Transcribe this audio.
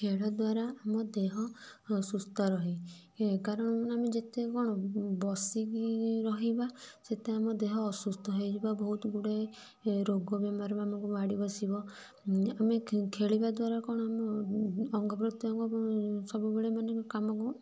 ଖେଳ ଦ୍ୱାରା ଆମ ଦେହ ସୁସ୍ଥ ରହେ କାରଣ ଆମେ ଯେତେ କଣ ବସିକି ରହିବାସେତେ ଆମ ଦେହ ଅସୁସ୍ଥ ହୋଇଯିବ ବହୁତ ଗୁଡ଼େ ରୋଗ ବେମାର ଆମୁକୁ ମାଡ଼ି ବସିବ ଆମେ ଖେଳିବା ଦ୍ୱାରା କଣ ଆମ ଅଙ୍ଗ ପ୍ରତ୍ୟଙ୍ଗ ସବୁବେଳେ ମାନେ କାମକୁ